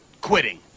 quitting